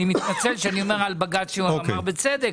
אני מתנצל שאני אומר על בג"ץ שהוא אמר בצדק